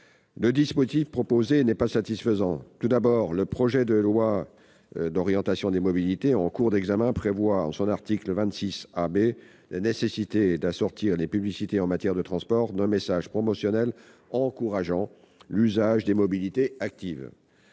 le dispositif proposé n'est pas satisfaisant. Tout d'abord, le projet de loi d'orientation des mobilités, en cours d'examen, prévoit en son article 26 AB la nécessité d'assortir les publicités en matière de transport d'un « message promotionnel encourageant l'usage des mobilités actives